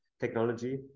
technology